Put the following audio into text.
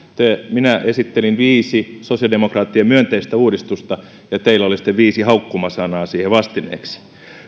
minä esittelin viisi sosiaalidemokraattien myönteistä uudistusta ja teillä oli sitten viisi haukkumasanaa siihen vastineeksi